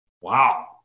wow